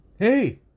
Hey